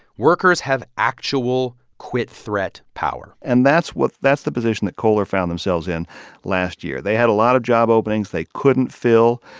workers have actual quit-threat power and that's what that's the position that kohler found themselves in last year. they had a lot of job openings they couldn't fill.